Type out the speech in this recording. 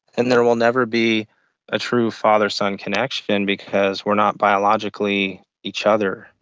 and there will never be a true father-son connection because we're not biologically each other.